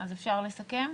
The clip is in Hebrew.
אז אפשר לסכם?